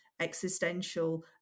existential